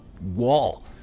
wall